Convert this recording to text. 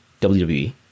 WWE